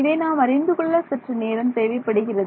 இதை நாம் அறிந்து கொள்ள சற்று நேரம் தேவைப்படுகிறது